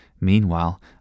Meanwhile